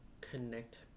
connect